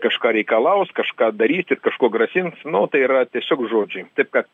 kažką reikalaus kažką darys ir kažkuo grasins no tai yra tiesiog žodžiai taip kad